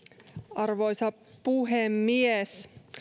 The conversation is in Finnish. arvoisa puhemies